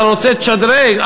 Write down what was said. אתה רוצה לשדרג?